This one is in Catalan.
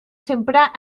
sempre